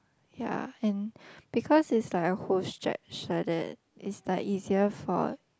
ya and because it's like a whole stretch like that it's like easier for